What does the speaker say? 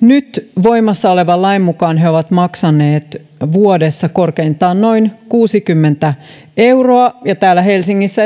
nyt voimassa olevan lain mukaan he ovat maksaneet vuodessa korkeintaan noin kuusikymmentä euroa ja esimerkiksi täällä helsingissä